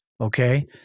okay